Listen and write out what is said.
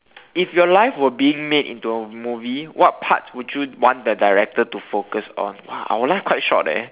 if your life were being made into a movie what part would you want the director to focus on !wow! our life quite short leh